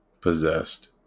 possessed